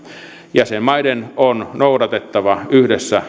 jäsenmaiden on noudatettava yhdessä